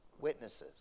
witnesses